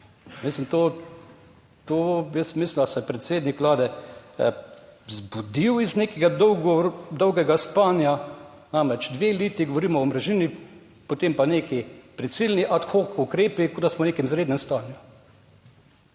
Mislim, to, to jaz mislim, da se je predsednik Vlade zbudil iz nekega dolgega spanja, namreč dve leti govorimo o omrežnini, potem pa neki prisilni ad hoc ukrepi, kot da smo v nekem izrednem stanju.